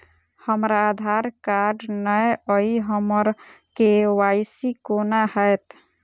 हमरा आधार कार्ड नै अई हम्मर के.वाई.सी कोना हैत?